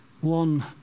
one